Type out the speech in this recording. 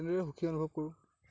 এনেদৰে সুখী অনুভৱ কৰোঁ